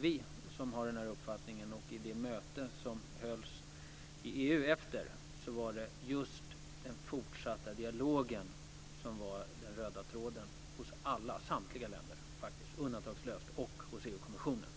vi som har denna uppfattning. Vid det möte som hölls i EU efter Göteborgsmötet var det just den fortsatta dialogen som undantagslöst var den röda tråden hos samtliga länder och hos EU-kommissionen.